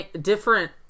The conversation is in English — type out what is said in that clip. different